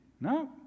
No